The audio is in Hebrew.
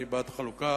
אני בעד חלוקה